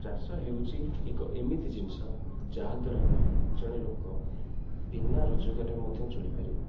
ଚାଷ ହେଉଛି ଏକ ଏମିତି ଜିନିଷ ଯାହାଦ୍ୱାରା ଜଣେ ଲୋକ ବିନା ରୋଜଗାରରେ ମଧ୍ୟ ଚଳିପାରିବ